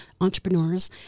entrepreneurs